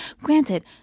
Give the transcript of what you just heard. Granted